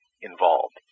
involved